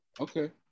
Okay